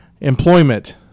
employment